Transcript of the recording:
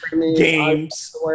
games